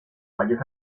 valles